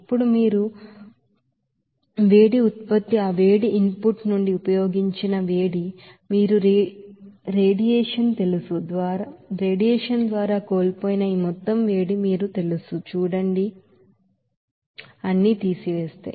ఇప్పుడు మీరు వేడి ఉత్పత్తి ఆ వేడి ఇన్పుట్ నుండి ఉపయోగించిన వేడి మీరు రేడియేషన్ తెలుసు ద్వారా కోల్పోయిన ఈ మొత్తం వేడి మీరు తెలుసు చూడండి అన్ని తీసివేస్తే